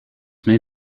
may